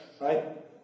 right